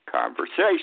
conversation